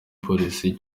polisi